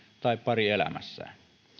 tai pari elämässään